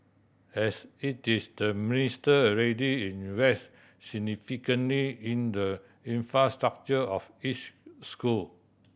as it is the Minister already invest significantly in the infrastructure of each school